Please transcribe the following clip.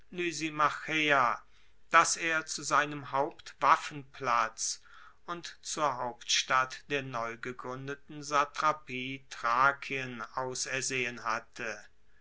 das er zu seinem hauptwaffenplatz und zur hauptstadt der neugegruendeten satrapie thrakien ausersehen hatte